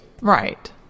Right